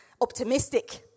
optimistic